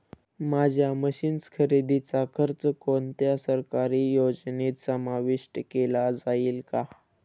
माझ्या मशीन्स खरेदीचा खर्च कोणत्या सरकारी योजनेत समाविष्ट केला जाईल का?